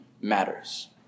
matters